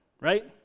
right